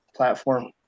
platform